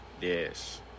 Yes